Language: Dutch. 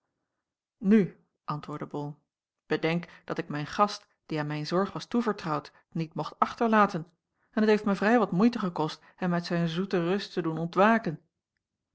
nu antwoordde bol bedenk dat ik mijn gast die aan mijn zorg was toevertrouwd niet mocht achterlaten en het heeft mij vrij wat moeite gekost hem uit zijn zoete rust te doen ontwaken